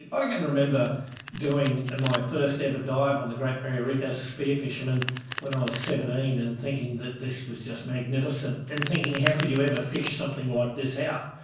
i can remember doing my first ever dive on the great barrier reef as a spear fisherman when i was seventeen and thinking that this was just magnificent and thinking how could you ever fish something like this out.